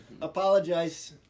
Apologize